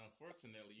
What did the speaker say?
unfortunately